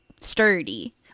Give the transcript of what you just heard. sturdy